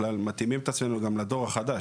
אנחנו מתאימים את עצמנו לדור החדש,